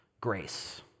grace